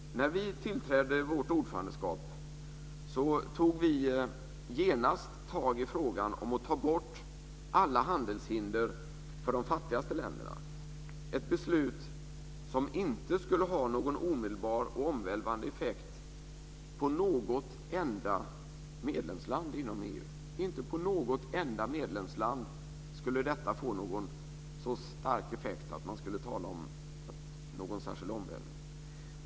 När vi tillträdde vårt ordförandeskap tog vi genast tag i frågan att ta bort alla handelshinder för de fattigaste länderna, ett beslut som inte skulle ha någon omedelbar och omvälvande effekt på något enda medlemsland inom EU. Inte på något enda medlemsland skulle detta få en så stark effekt att man skulle tala om någon särskild omvälvning.